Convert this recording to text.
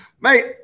Mate